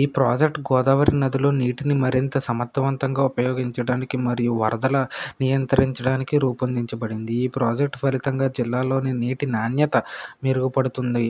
ఈ ప్రాజెక్ట్ గోదావరి నదిలో నీటిని మరింత సమర్థవంతంగా ఉపయోగించడానికి మరియు వరదల నియంత్రించడానికి రూపొందించబడింది ఈ ప్రాజెక్ట్ ఫలితంగా జిల్లాలోని నీటి నాణ్యత మెరుగుపడుతుంది